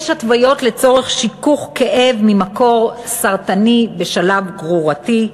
יש התוויות לצורך שיכוך כאב ממקור סרטני בשלב גרורתי,